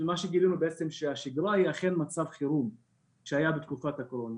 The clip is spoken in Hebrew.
ומה שגילינו שהשגרה היא אכן מצב חירום שהיה בתקופת הקורונה.